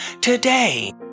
today